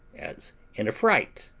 as in a fright.